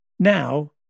Now